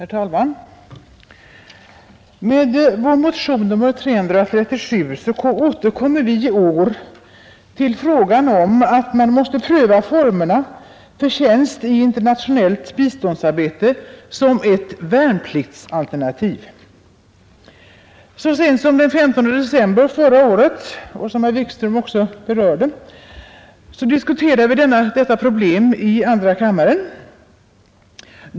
Herr talman! Med vår motion nr 337 återkommer vi i år till frågan om att pröva formerna för tjänst i internationellt biståndsarbete som ett värnpliktsalternativ. Så sent som den 15 december förra året diskuterade vi, som herr Wikström nämnde, detta problem i andra kammaren.